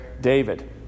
David